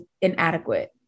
inadequate